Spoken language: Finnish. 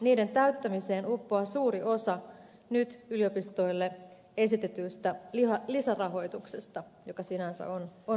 niiden täyttämiseen uppoaa suuri osa nyt yliopistoille esitetystä lisärahoituksesta joka sinänsä on merkittävä